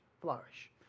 flourish